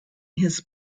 his